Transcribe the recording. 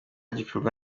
gikorwa